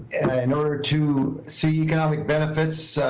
and in order to see economic benefits